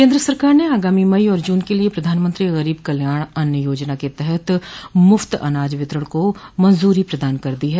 केन्द्र सरकार ने आगामी मई और जून के लिये प्रधानमंत्री गरीब कल्याण अन्न योजना के तहत मुफ्त अनाज वितरण को मंजूरी प्रदान कर दी है